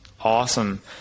Awesome